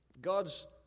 God's